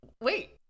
Wait